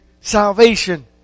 Salvation